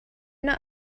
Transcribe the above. not